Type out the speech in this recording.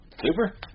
Super